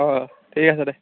অ ঠিক আছে দে